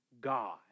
God